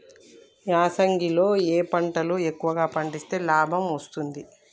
ఈ యాసంగి లో ఏ పంటలు ఎక్కువగా పండిస్తే లాభం వస్తుంది?